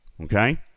Okay